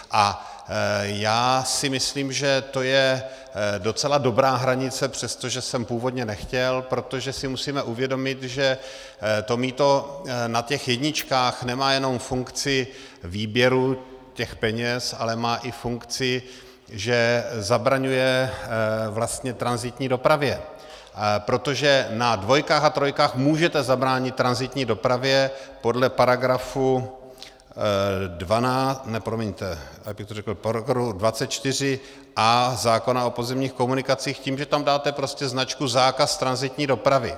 A já si myslím, že to je docela dobrá hranice, přestože jsem původně nechtěl, protože si musíme uvědomit, že mýto na těch jedničkách nemá jenom funkci výběru těch peněz, ale má i funkci, že zabraňuje vlastně tranzitní dopravě, protože na dvojkách a trojkách můžete zabránit tranzitní dopravě podle § 24a zákona o pozemních komunikacích tím, že tam dáte prostě značku zákaz tranzitní dopravy.